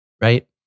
Right